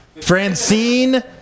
Francine